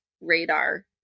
radar